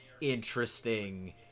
interesting